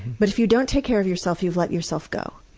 but if you don't take care of yourself, you've let yourself go.